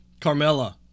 Carmella